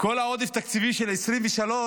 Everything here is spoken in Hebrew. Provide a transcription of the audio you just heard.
שאת כל העודף התקציבי של 2023,